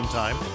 time